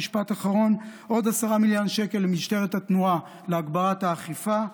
במשפט אחרון: עוד 10 מיליון שקל למשטרת התנועה להגברת האכיפה.